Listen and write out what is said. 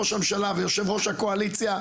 ראש הממשלה ויושב-ראש הקואליציה,